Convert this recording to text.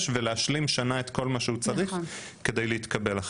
ולהשלים שנה את כל מה שהוא צריך כדי להתקבל.